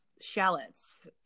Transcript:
shallots